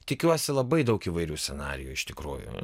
tikiuosi labai daug įvairių scenarijų iš tikrųjų